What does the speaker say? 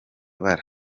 bara